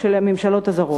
של הממשלות הזרות,